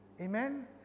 amen